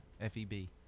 F-E-B